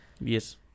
Yes